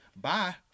Bye